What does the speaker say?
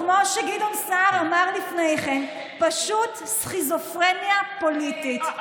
כמו שגדעון סער אמר לפני כן: פשוט סכיזופרניה פוליטית.